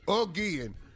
again